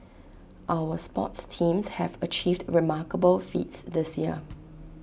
our sports teams have achieved remarkable feats this year